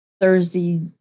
Thursday